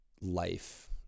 life